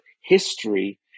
history